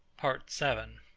part seven